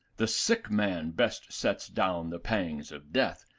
the sick man best sets down the pangs of death,